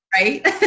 right